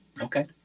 Okay